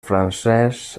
francès